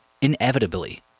inevitably